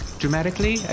dramatically